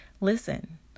Listen